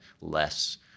less